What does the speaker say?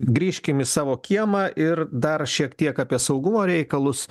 grįžkim į savo kiemą ir dar šiek tiek apie saugumo reikalus